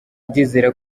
ndizera